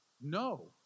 no